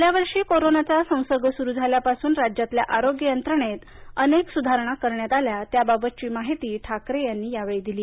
गेल्या वर्षी कोरोनाचा संसर्ग सुरू झाल्यापासून राज्यातल्या आरोग्य यंत्रणेत अनेक सुधारणा करण्यात आल्या त्याबाबतची माहिती ठाकरे यांनी यावेळी दिली